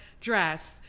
dress